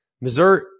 Missouri